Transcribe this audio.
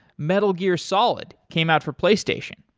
metal gear solid came out for playstation.